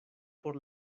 por